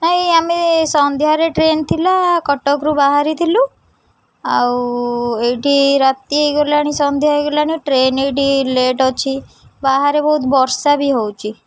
ନାଇଁ ଆମେ ସନ୍ଧ୍ୟାରେ ଟ୍ରେନ୍ ଥିଲା କଟକରୁ ବାହାରିଥିଲୁ ଆଉ ଏଇଠି ରାତି ହେଇଗଲାଣି ସନ୍ଧ୍ୟା ହେଇଗଲାଣି ଟ୍ରେନ୍ ଏଇଠି ଲେଟ୍ ଅଛି ବାହାରେ ବହୁତ ବର୍ଷା ବି ହେଉଛି